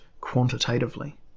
quantitatively